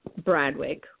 Bradwick